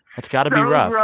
that's got to be rough.